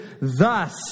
Thus